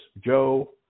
Joe